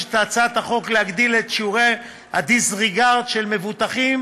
מבקשת הצעת החוק להגדיל את שיעורי ה-disregard של מבוטחים